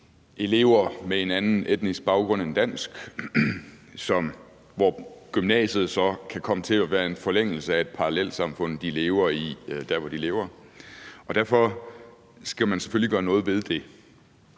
elever med en anden etnisk baggrund end dansk, hvor gymnasiet så kan komme til at være en forlængelse af et parallelsamfund, de lever i, der, hvor de lever. Derfor skal man selvfølgelig gøre noget ved det.